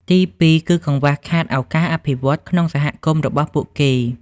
ទីពីរ គឺកង្វះខាតឱកាសអភិវឌ្ឍន៍ក្នុងសហគមន៍របស់ពួកគេ។